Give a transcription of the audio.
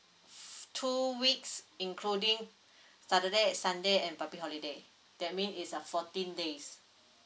f~ two weeks including saturday sunday and public holiday that mean is a fourteen days